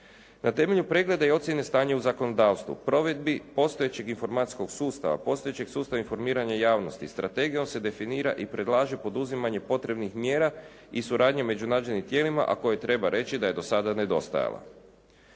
Na temelju pregleda i ocjene stanja u zakonodavstvu, provedbi postojećeg informatičkog sustava, postojećeg sustava informiranja javnosti strategijom se definira i predlaže poduzimanje potrebnih mjera i suradnja među …/Govornik se ne razumije./… tijelima a koje treba reći da je do sada nedostajala.